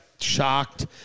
shocked